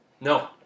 No